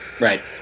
Right